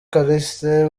callixte